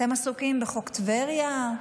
אתם עסוקים בחוק טבריה,